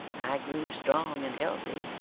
i grew strong and healthy,